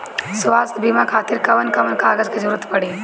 स्वास्थ्य बीमा खातिर कवन कवन कागज के जरुरत पड़ी?